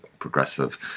progressive